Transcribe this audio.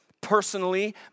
personally